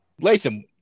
Latham